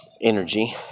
Energy